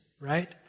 right